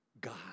God